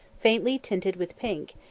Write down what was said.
faintly tinted with pink,